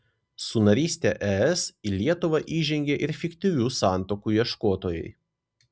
su naryste es į lietuvą įžengė ir fiktyvių santuokų ieškotojai